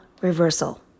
Reversal